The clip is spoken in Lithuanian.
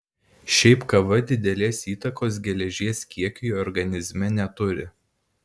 šiaip kava didelės įtakos geležies kiekiui organizme neturi